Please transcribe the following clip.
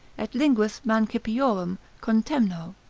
et linguas mancipiorum contemno.